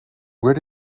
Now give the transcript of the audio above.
where